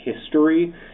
history